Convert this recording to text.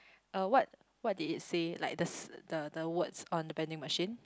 uh what what did it say like the s~ the the words on the vending machine